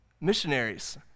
Missionaries